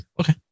okay